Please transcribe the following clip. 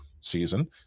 season